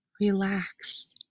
Relax